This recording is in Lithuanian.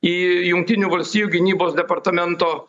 į jungtinių valstijų gynybos departamento